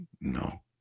No